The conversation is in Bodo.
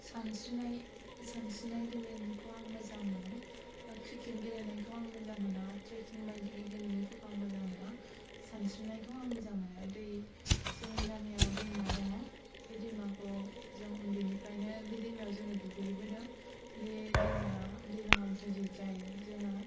सानस्रिनाय सानस्रिनाय गेलेनायखौ आं मोजां मोनो क्रिकेट गेलेनायखौ आं मोजां मोना ट्रेकिं बायदि गेलेमुफोरखौ आं मोजां मोना सानस्रिनायखौ आं मोजां मोनो दै जोंनि गामियाव दैमा दङ बे दैमाखौ जों उन्दैनिफ्रायनो बे दैमायाव जोङो दुगैबोदों बे दैमाया दैज्लांआव गिदिर जायो जोङो